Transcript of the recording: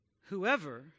whoever